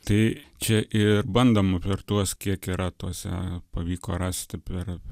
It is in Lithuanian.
tai čia ir bandoma per tuos kiek yra tuose pavyko rasti per